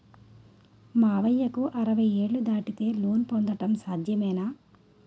మామయ్యకు అరవై ఏళ్లు దాటితే లోన్ పొందడం సాధ్యమేనా?